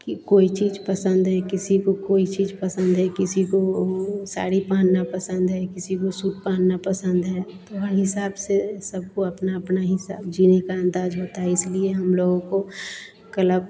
कि कोई चीज़ पसन्द है किसी को कोई चीज़ पसन्द है किसी को साड़ी पहनना पसन्द है किसी को सूट पहनना पसन्द है तो उस हिसाब से सबको अपना अपना हिसाब जीने का अन्दाज़ होता है इसलिए हमलोगों को कलब